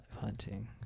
hunting